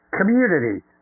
community